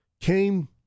came